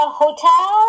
hotel